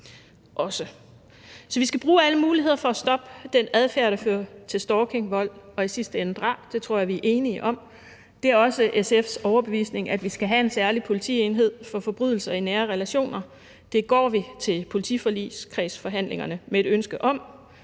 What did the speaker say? Så vi skal bruge alle muligheder for at stoppe den adfærd, der fører til stalking, vold og i sidste ende drab. Det tror jeg vi er enige om. Det er også SF's overbevisning, at vi skal have en særlig politienhed for forbrydelser i nære relationer. Det går vi til politiforligskredsforhandlingerne med et ønske om.